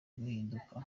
guhinduka